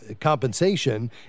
compensation